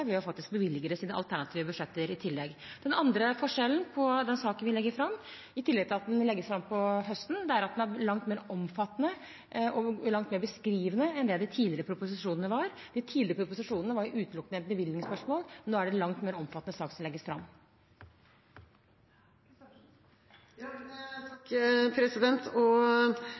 faktisk å bevilge det i sine alternative budsjetter i tillegg. Den andre forskjellen på den saken vi legger fram, i tillegg til at den legges fram på høsten, er at den er langt mer omfattende og langt mer beskrivende enn det de tidligere proposisjonene var. De tidligere proposisjonene var utelukkende et bevilgningsspørsmål, men nå er det en langt mer omfattende sak som legges fram.